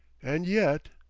and yet.